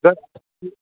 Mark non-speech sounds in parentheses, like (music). (unintelligible)